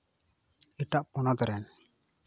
ᱮᱴᱟᱜ ᱯᱚᱱᱚᱛ ᱨᱮᱱ